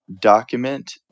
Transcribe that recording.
document